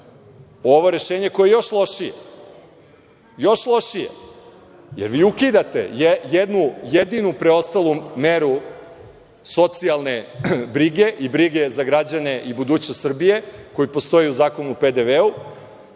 ovo rešenje koje još lošije, još lošije, jer vi ukidate jednu jedinu preostalu meru socijalne brige i brige za građane i budućnost Srbije, koja postoji u Zakonu o PDV-u,